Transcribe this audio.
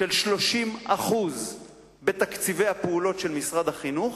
של 30% בתקציבי הפעולות של משרד החינוך,